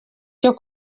cyo